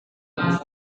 rak